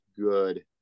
good